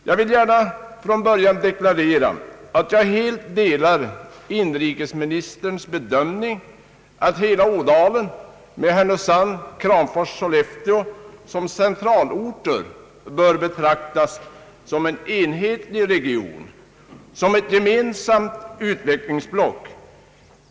Jag vill gärna från början deklarera att jag helt delar inrikesministerns bedömning att hela Ådalen med Härnösand, Kramfors och Sollefteå som centralorter bör behandlas som en enhetlig region, som ett gemensamt utvecklingsblock.